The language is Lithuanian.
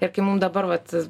ir kai mum dabar vat